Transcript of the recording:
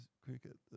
cricket